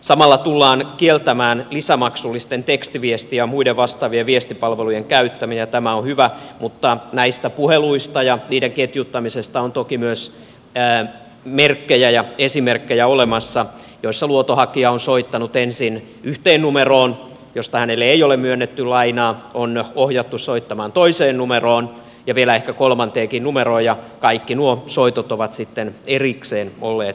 samalla tullaan kieltämään lisämaksullisten tekstiviesti ja muiden vastaavien viestipalvelujen käyttäminen ja tämä on hyvä mutta näistä puheluista ja niiden ketjuttamisesta on toki myös olemassa merkkejä ja esimerkkejä joissa luotonhakija on soittanut ensin yhteen numeroon josta hänelle ei ole myönnetty lainaa on ohjattu soittamaan toiseen numeroon ja vielä ehkä kolmanteenkin numeroon ja kaikki nuo soitot ovat sitten erikseen olleet maksullisia